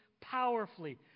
powerfully